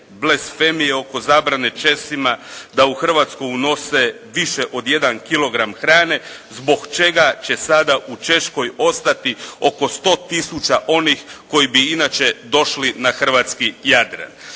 razumije./… oko zabrane Česima da u Hrvatsku unose više od 1 kg hrane, zbog čega će sada u Češkoj ostati oko 100 tisuća onih koji bi inače došli na Hrvatski Jadran.